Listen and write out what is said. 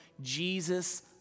Jesus